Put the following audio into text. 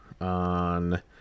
on